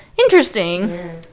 interesting